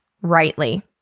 rightly